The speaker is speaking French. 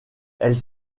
elles